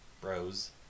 Bros